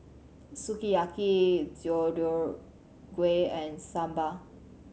Sukiyaki Deodeok Gui and Sambar